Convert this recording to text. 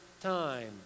time